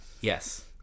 Yes